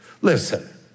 Listen